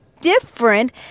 different